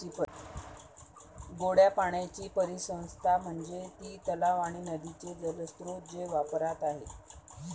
गोड्या पाण्याची परिसंस्था म्हणजे ती तलाव आणि नदीचे जलस्रोत जे वापरात आहेत